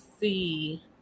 see